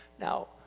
Now